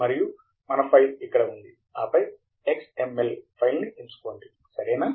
మరియు మన ఫైల్ ఇక్కడ ఉంది ఆపై ఎక్స్ ఎం ఎల్ ఫైల్ ని ఎంచుకోండి సరేనా